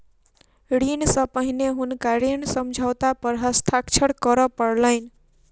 ऋण सॅ पहिने हुनका ऋण समझौता पर हस्ताक्षर करअ पड़लैन